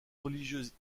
religieuse